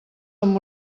amb